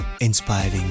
Inspiring